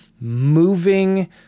moving